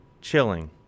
chilling